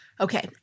Okay